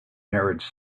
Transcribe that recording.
marriage